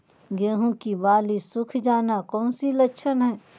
गेंहू की बाली सुख जाना कौन सी लक्षण है?